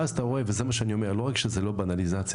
ואז אתה רואה, לא רק שזה לא בנליזציה.